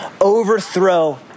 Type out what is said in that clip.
overthrow